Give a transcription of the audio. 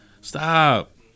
Stop